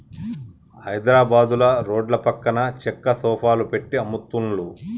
హైద్రాబాదుల రోడ్ల పక్కన చెక్క సోఫాలు పెట్టి అమ్ముతున్లు